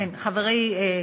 חברי,